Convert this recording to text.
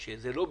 שהוא לא בשליטה,